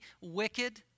wicked